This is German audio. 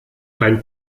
ein